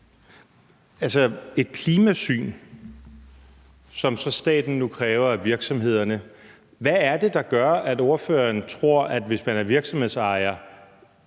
nævnes et klimasyn, som så staten nu kræver af virksomhederne. Hvad er det, der gør, at ordføreren tror, at hvis man er virksomhedsejer,